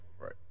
Right